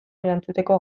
erantzuteko